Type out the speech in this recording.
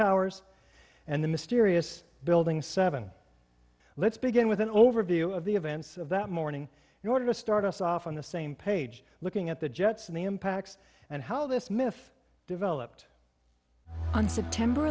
towers and the mysterious building seven let's begin with an overview of the events of that morning in order to start us off on the same page looking at the jets and the impacts and how this myth developed on september